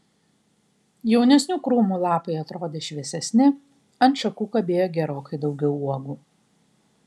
jaunesnių krūmų lapai atrodė šviesesni ant šakų kabėjo gerokai daugiau uogų